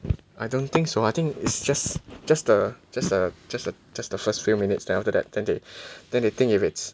I don't think so ah I think it's just just uh just uh just uh just the first few minutes then after that then they then they think if it's